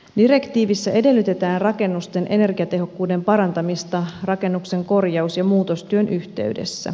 direktiivissä edellytetään rakennusten energiatehokkuuden parantamista rakennuksen korjaus ja muutostyön yhteydessä